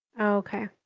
Okay